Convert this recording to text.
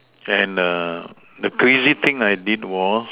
and err the crazy thing I did was